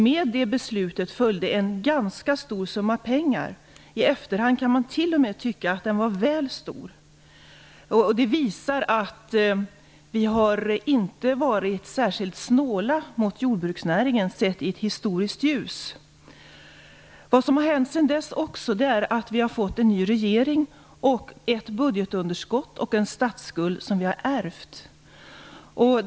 Med detta beslut följde en ganska stor summa pengar - i efterhand kan man t.o.m. tycka att den var väl stor. Detta visar att vi inte har varit särskilt snåla mot jordbruksnäringen, sett i ett historiskt ljus. Sedan dess har vi fått en ny regering samt ett budgetunderskott och en statsskuld som vi har ärvt.